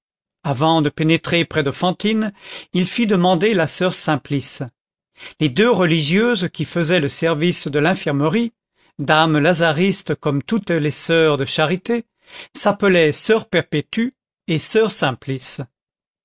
près de fantine il fit demander la soeur simplice les deux religieuses qui faisaient le service de l'infirmerie dames lazaristes comme toutes les soeurs de charité s'appelaient soeur perpétue et soeur simplice